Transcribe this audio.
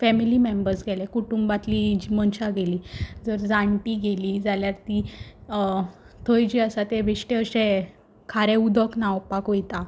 family members गेले कुटुंबातलीं जीं मनशां गेलीं जर जाण्टी गेलीं जाल्यार तीं थंय जीं आसा ते बेश्टे अशें खारें उदक न्हांवपाक वयता